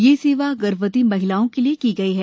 ये सेवा गर्भवती महिलाओं के लिए की गई है